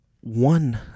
one